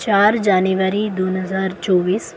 चार जानेवारी दोन हजार चोवीस